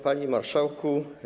Panie Marszałku!